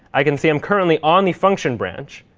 i can say i'm currently on the function branch.